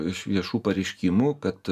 iš viešų pareiškimų kad